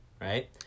right